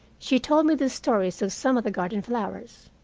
she told me the stories of some of the garden flowers.